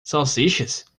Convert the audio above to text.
salsichas